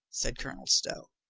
said colonel stow.